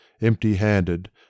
Empty-handed